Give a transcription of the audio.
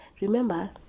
Remember